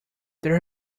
there